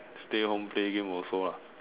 stay home play game also lah